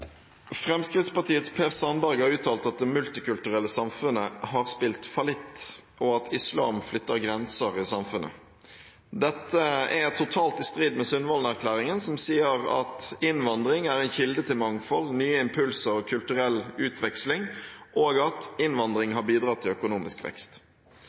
Per Sandberg har uttalt at det multikulturelle samfunnet «har spilt fallitt», og at «islam flytter grenser» i samfunnet. Dette er totalt i strid med Sundvollen-erklæringen som sier at «Innvandring er en kilde til mangfold, nye impulser og kulturell utveksling», og at «innvandring har bidratt til økonomisk vekst».